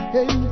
Hey